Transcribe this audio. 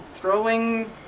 Throwing